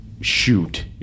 shoot